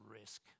risk